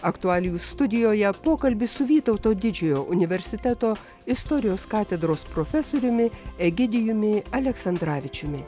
aktualijų studijoje pokalbis su vytauto didžiojo universiteto istorijos katedros profesoriumi egidijumi aleksandravičiumi